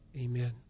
Amen